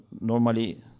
normally